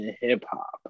hip-hop